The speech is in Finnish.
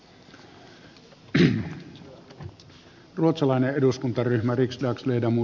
se on meidän velvollisuutemme